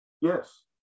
Yes